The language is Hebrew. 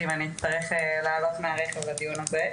אם אני אצטרך לעלות מהרכב לדיון הזה.